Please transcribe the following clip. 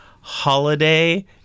holiday